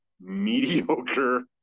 mediocre